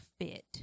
fit